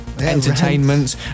entertainment